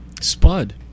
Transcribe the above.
Spud